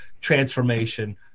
transformation